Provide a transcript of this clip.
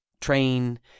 train